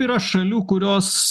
taip yra šalių kurios